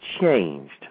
changed